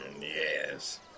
Yes